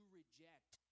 reject